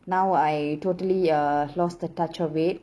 now I totally uh lost the touch of it